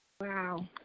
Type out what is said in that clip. wow